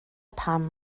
pam